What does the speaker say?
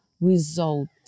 result